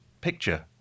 picture